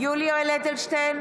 יולי יואל אדלשטיין,